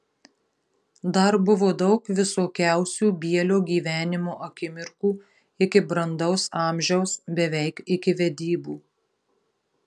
dar buvo daug visokiausių bielio gyvenimo akimirkų iki brandaus amžiaus beveik iki vedybų